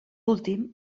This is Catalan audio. últim